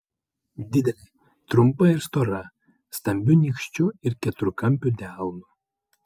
didelė trumpa ir stora stambiu nykščiu ir keturkampiu delnu